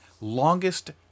longest